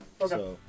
Okay